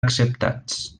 acceptats